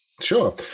Sure